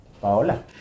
Paola